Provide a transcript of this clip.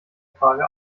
frage